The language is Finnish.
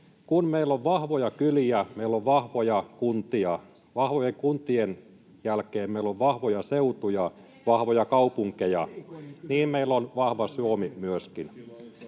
Kun meillä on vahvoja kyliä, meillä on vahvoja kuntia. Vahvojen kuntien jälkeen meillä on vahvoja seutuja, vahvoja kaupunkeja. Ja niin meillä on vahva Suomi myöskin.